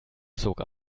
zog